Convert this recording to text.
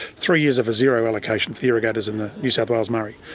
three years of zero allocation for irrigators in the new south wales murray,